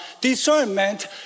discernment